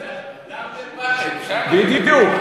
בדיוק.